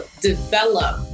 develop